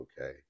Okay